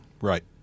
Right